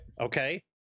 okay